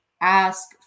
ask